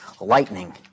lightning